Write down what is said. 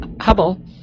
hubble